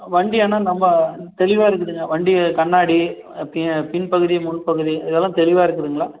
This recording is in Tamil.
வண்டி ஆனால் நம்ம தெளிவாக இருக்குதுங்க வண்டி கண்ணாடி பி பின்பகுதி முன்பகுதி அதெல்லாம் தெளிவாக இருக்குதுங்களா